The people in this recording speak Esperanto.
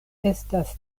estas